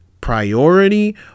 priority